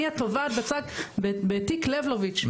אני התובעת בתיק לבלוביץ',